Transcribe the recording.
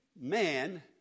man